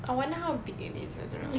I wonder how big it is eh I don't know